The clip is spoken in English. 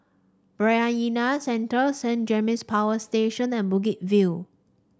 Bayanihan Centre Saint James Power Station and Bukit View